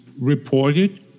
reported